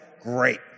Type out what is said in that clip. great